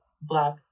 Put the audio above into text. Black